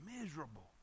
miserable